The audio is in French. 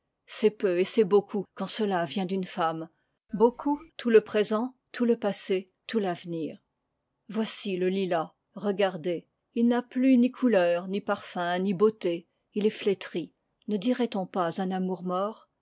c'est peu et c'est beaucoup quand cela vient d'une femme beaucoup tout le présent tout le passé tout l'avenir voici le lilas regardez il n'a plus ni couleur ni parfum ni beauté il est flétri ne dirait-on pas un amour mort